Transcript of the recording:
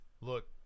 look